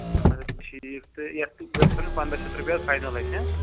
اَہَن حظ ٹھیٖک تہٕ یَتھ گژھوٕ نہٕ پنٛداہ شَتھ رۄپیہِ حظ فاینَل اَسہِ